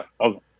okay